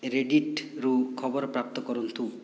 ରିଡ଼ଇଟରୁ ଖବର ପ୍ରାପ୍ତ କରନ୍ତୁ